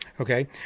Okay